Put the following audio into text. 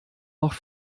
noch